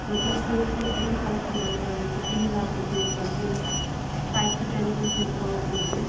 मतलब थोक में इतना सारा समान उठा रहीं हूँ तो प्लीज़ आप मुझे कम से कम फ़ाइव टू टेन परसेंट का औफ दीजिए